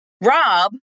Rob